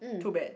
too bad